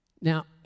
Now